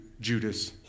Judas